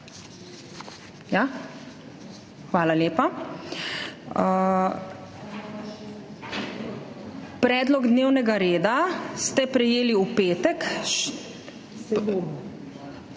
Hvala lepa. Predlog dnevnega reda ste prejeli v petek